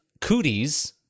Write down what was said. Cooties